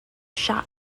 shot